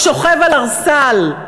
שוכב על ערסל.